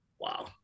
Wow